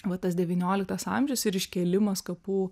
va tas devynioliktas amžius ir iškėlimas kapų